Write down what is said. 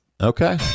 okay